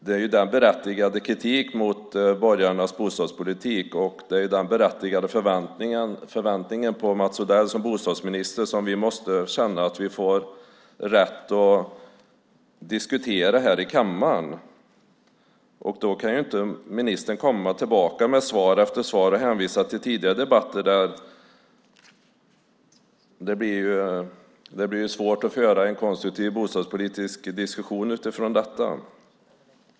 Det är den berättigade kritik mot borgarnas bostadspolitik och den berättigade förväntan på Mats Odell som bostadsminister som vi känner att vi måste få rätt att diskutera här i kammaren. Då kan inte ministern komma tillbaka med svar efter svar och hänvisa till tidigare debatter. Det blir då svårt att föra en konstruktiv diskussion om bostadspolitik.